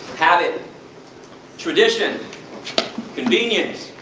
habit tradition convenience